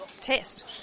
test